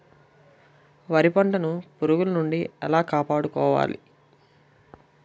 వరి పంటను పురుగుల నుండి ఎలా కాపాడుకోవాలి?